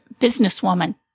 businesswoman